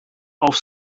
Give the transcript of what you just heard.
auf